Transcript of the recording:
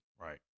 Right